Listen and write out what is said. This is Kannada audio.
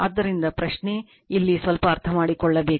ಆದ್ದರಿಂದ ಪ್ರಶ್ನೆ ಇಲ್ಲಿ ಸ್ವಲ್ಪ ಅರ್ಥಮಾಡಿಕೊಳ್ಳಬೇಕು